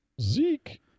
Zeke